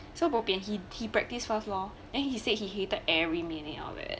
so bo bian he he practice first lor then he said he hated every minute out of it